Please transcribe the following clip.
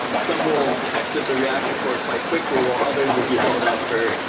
um some will exit the reactor core quite quickly, while others will be held up for